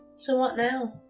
so what now?